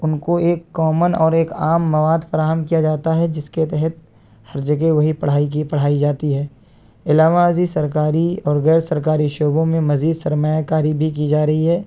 ان کو ایک کامن اور ایک عام مواد فراہم کیا جاتا ہے جس کے تحت ہر جگہ وہی پڑھائی کی پڑھائی جاتی ہے علاوہ ازیں سرکاری اور غیر سرکاری شعبوں میں مزید سرمایہ کاری بھی کی جا رہی ہے